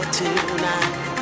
tonight